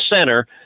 center